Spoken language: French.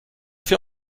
fait